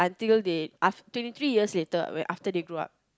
until they aft~ twenty three years later when after they grow up